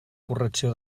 correcció